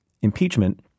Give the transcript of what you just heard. impeachment